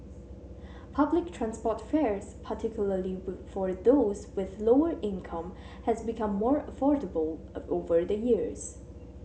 public transport fares particularly for those with lower income have become more affordable of over the years